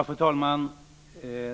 Fru talman!